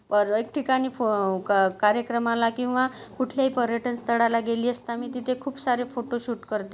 परवा एक ठिकानी फो का कार्यक्रमाला किंवा कुठल्याही पर्यटनस्थळाला गेली असता मी तिथे खूप सारे फोटोशूट करते